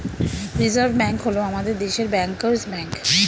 reserve bank হল আমাদের দেশের ব্যাঙ্কার্স ব্যাঙ্ক